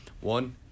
One